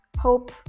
hope